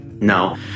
No